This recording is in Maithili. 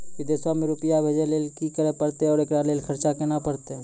विदेश मे रुपिया भेजैय लेल कि करे परतै और एकरा लेल खर्च केना परतै?